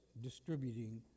distributing